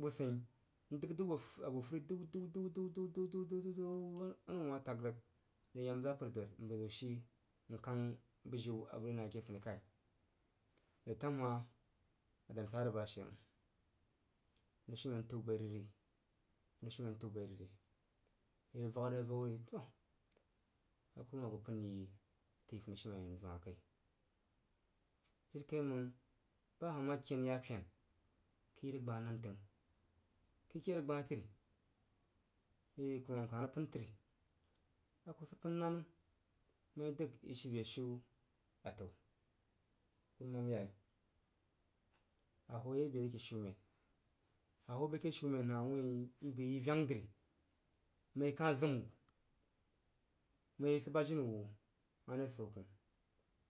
Bu tsyien n dəg a dəu bo fəri dəu dəu dəu dəu dəu, nəu ma tag rig nəg ye yam zapər dod m bəi ziw shii n kang bujiu abəg rig yi na ke funikai. Retam hah nəng dan sa zig bashe məng funishumen təu bai rig ri, funishumen təu bai rig ri vak na avau myi toah a kurumam a ku pən yi ake funishiumen hah kai jiri kai məng ba hah ma ken ya pini kəi rig gbah nan təng. Kəi ke shah təri kuruma kah rig pən təri. A ku sig pən na nəm məng i dəg i shii beshiu ataor kurumam yai? A hoo ye i bere ke funishiumen a hoo yi be ke shiumen hah wui i bəi veng dri məng i kah zim wu məng i sid bad jini wu mare swo kah